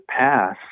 pass